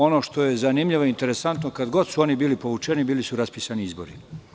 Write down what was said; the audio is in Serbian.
Ono što je zanimljivo i interesantno - kada god su oni bili povučeni, bili su raspisani izbori.